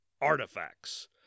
artifacts